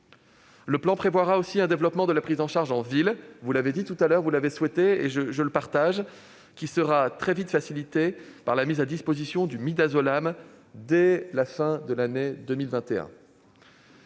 Le plan prévoira aussi un développement de la prise en charge en ville- vous l'avez souhaité et je partage votre point de vue -, qui sera très vite facilitée par la mise à disposition du Midazolam dès la fin de l'année 2021.